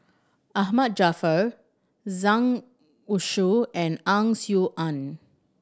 Ahmad Jaafar Zhang Youshuo and Ang Swee Aun